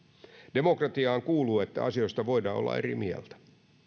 demokratiaan kuuluu että asioista voidaan olla eri mieltä